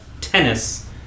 Tennis